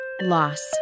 Loss